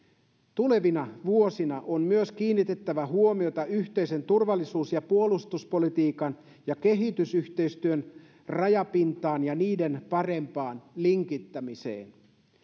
tulevina vuosina on myös kiinnitettävä huomiota yhteisen turvallisuus ja puolustuspolitiikan ja kehitysyhteistyön rajapintaan ja niiden parempaan linkittämiseen